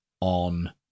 on